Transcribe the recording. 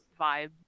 vibe